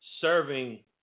serving